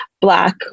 black